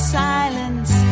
silence